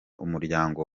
umuryango